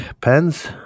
Pens